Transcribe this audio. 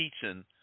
teaching